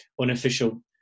unofficial